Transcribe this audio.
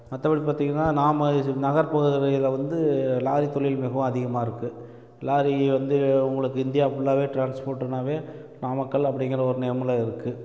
மற்றபடி பார்த்திங்கன்னா நாம் நகர் பகுதிகளில் வந்து லாரி தொழில் மிகவும் அதிகமாக இருக்குது லாரி வந்து உங்களுக்கு இந்தியா ஃபுல்லாகவே ட்ரான்ஸ்போர்ட்டுனாக நாமக்கல் அப்படிங்கிற ஒரு நேமில் இருக்குது